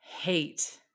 hate